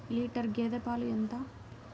Litre గేదె పాలు ఎంత?